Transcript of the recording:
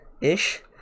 ish